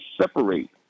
separate